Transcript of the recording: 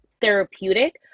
therapeutic